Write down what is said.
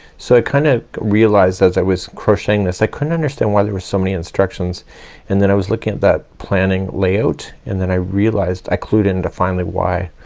kind of realized as i was crocheting this i couldn't understand why there were so many instructions and then i was looking at that planning layout and then i realized i clued in to finally why.